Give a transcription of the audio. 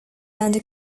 under